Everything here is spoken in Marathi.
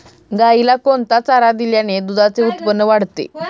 गाईला कोणता चारा दिल्याने दुधाचे उत्पन्न वाढते?